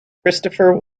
christopher